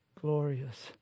glorious